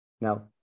Now